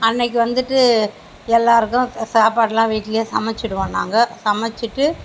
அன்னைக்கு வந்துவிட்டு எல்லோருக்கும் சாப்பாடுலாம் வீட்டுலேயே சமைச்சிடுவோம் நாங்கள் சமைச்சிட்டு